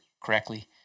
correctly